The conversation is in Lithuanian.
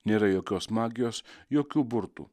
nėra jokios magijos jokių burtų